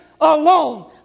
alone